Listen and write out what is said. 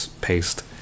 paste